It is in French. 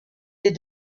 des